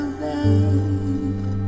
babe